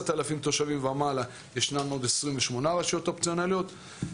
כיוון שהחלטת ממשלה 4389 קובעת שרק מתוך ה-17